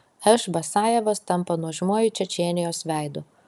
š basajevas tampa nuožmiuoju čečėnijos veidu